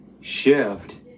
shift